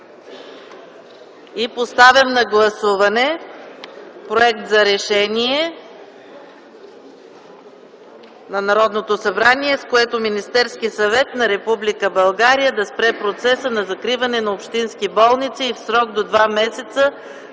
самоуправление обсъди проект за Решение на Народното събрание, с което Министерският съвет се задължава да спре процеса на закриване на общински болници и в срок до 2 месеца